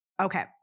Okay